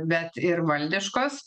bet ir valdiškos